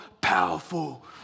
powerful